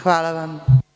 Hvala vam.